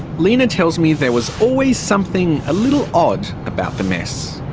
lina tells me there was always something a little odd about the mess.